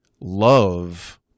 love